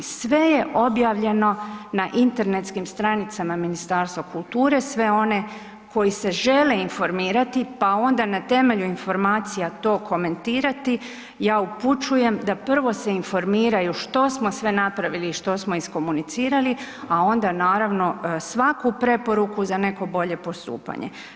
Sve je objavljeno na internetskim stranicama Ministarstva kulture, sve one koji se žele informirati pa onda na temelju informacija to komentirati, ja upućujem da prvo se informiraju što smo sve napravili i što smo iskomunicirali, a onda naravno svaku preporuku za neko bolje postupanje.